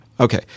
Okay